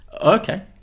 Okay